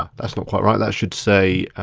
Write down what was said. um that's not quite right, that should say